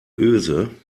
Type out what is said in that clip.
öse